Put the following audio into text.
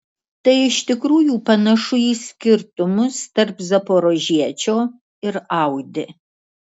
tai iš tikrųjų panašu į skirtumus tarp zaporožiečio ir audi